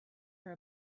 her